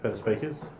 but speakers?